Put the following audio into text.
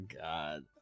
god